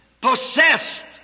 possessed